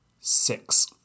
Six